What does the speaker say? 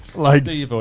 like, do you know